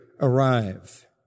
arrive